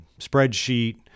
spreadsheet